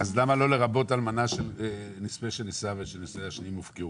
למר לא לומר לרבות אלמנה של נספה שנישאה ונישואיה השניים הופקעו?